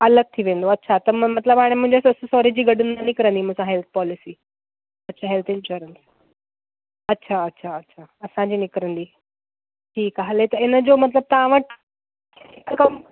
अलगि थी वेंदो त मां मतिलबु हाणे मुंहिंजे ससु सहुरे जी गॾु न निकिरींदी मूंसा हेल्थ पॉलिसी अच्छा हेल्थ इंशुरेंस अच्छा अच्छा अच्छा असांजी निकिरींदी ठीकु आहे हले त इनजो मतिलबु तव्हां वटि हिकु कमु